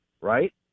right